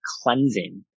cleansing